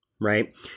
right